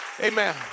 Amen